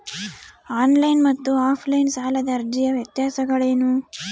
On line ಮತ್ತು offline ಸಾಲದ ಅರ್ಜಿಯ ವ್ಯತ್ಯಾಸಗಳೇನು?